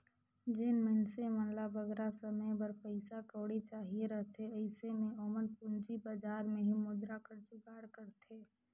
जेन मइनसे मन ल बगरा समे बर पइसा कउड़ी चाहिए रहथे अइसे में ओमन पूंजी बजार में ही मुद्रा कर जुगाड़ करथे